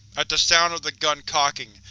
at the sound of the gun cocking,